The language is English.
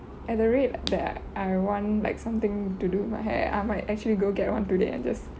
at the rate that I want like something to do my hair I might actually go get one today and just